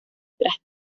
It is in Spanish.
tras